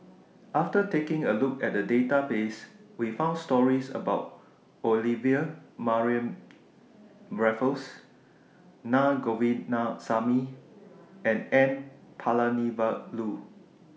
after taking A Look At The Database We found stories about Olivia Mariamne Raffles Naa Govindasamy and N Palanivelu